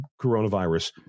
coronavirus